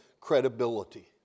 credibility